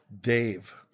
Dave